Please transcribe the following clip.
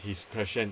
his question